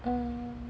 um